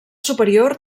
superior